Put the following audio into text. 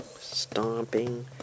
stomping